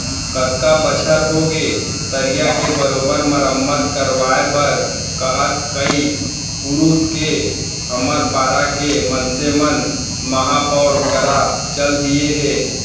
कतका बछर होगे तरिया के बरोबर मरम्मत करवाय बर कहत कई पुरूत के हमर पारा के मनसे मन महापौर करा चल दिये हें